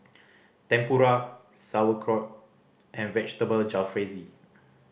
Tempura Sauerkraut and Vegetable Jalfrezi